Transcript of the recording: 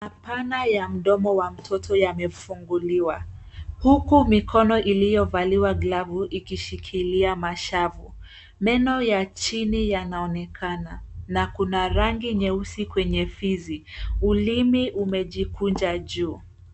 Mapana ya mdomu wa mtoto yamefunguliwa , huku mikono iliyovaliwa glavu ikishikilia mashavu . Meno ya chini yanaonekana, na kuna rangi nyeusi kwenye fizi, ulimi umejikunja juu.